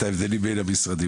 את ההבדלים בין המשרדים.